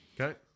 Okay